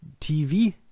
TV